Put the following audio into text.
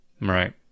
right